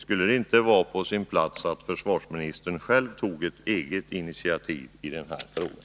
Skulle det inte vara på sin plats att försvarsministern själv tog initiativ i den här frågan?